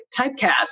typecast